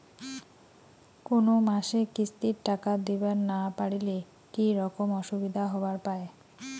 কোনো মাসে কিস্তির টাকা দিবার না পারিলে কি রকম অসুবিধা হবার পায়?